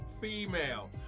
female